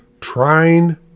trying